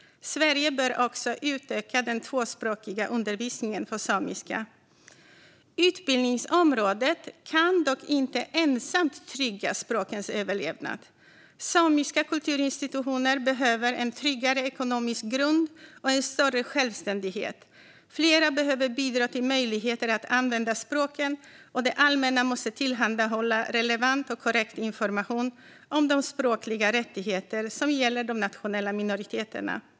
Sverige bör också utöka den tvåspråkiga undervisningen för samiska. Utbildningsområdet kan dock inte ensamt trygga språkens överlevnad. Samiska kulturinstitutioner behöver en tryggare ekonomisk grund och en större självständighet. Fler behöver bidra till möjligheter att använda språken, och det allmänna måste tillhandahålla relevant och korrekt information om de språkliga rättigheter som gäller de nationella minoriteterna.